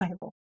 bible